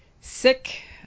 sick